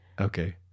Okay